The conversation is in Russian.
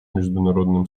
международным